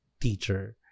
teacher